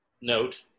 note